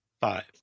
Five